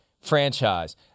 franchise